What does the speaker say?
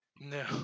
No